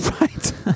right